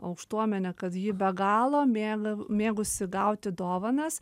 aukštuomenę kad ji be galo mėgo mėgusi gauti dovanas